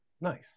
Nice